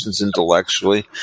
intellectually